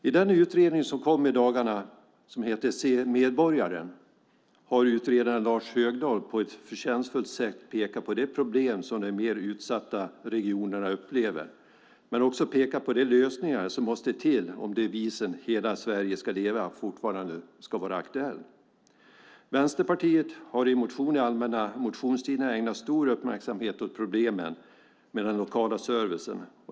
I den utredning som kom i dagarna som heter Se medborgarna - för bättre offentlig service har utredaren Lars Högdahl på ett förtjänstfullt sätt pekat på de problem som de mer utsatta regionerna upplever men också de lösningar som måste till om devisen Hela Sverige ska leva fortfarande ska vara aktuell. Vänsterpartiet har i motion under allmänna motionstiden ägnat stor uppmärksamhet åt problemen med den lokala servicen.